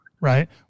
Right